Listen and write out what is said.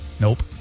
Nope